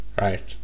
right